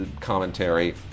commentary